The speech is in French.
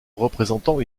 représentant